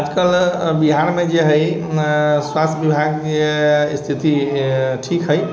आज कल बिहारमे जे हइ स्वास्थ्य विभागके स्थिति ठीक है